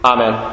Amen